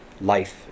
life